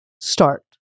start